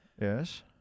Yes